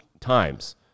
times